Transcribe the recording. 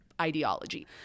ideology